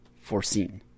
foreseen